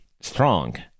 strong